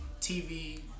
TV